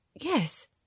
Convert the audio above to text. Yes